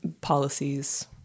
policies